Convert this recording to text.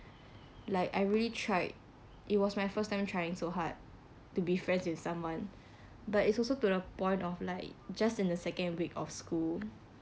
like I really tried it was my first time trying so hard to be friends with someone but it also to the point of like just in the second week of school